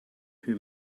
who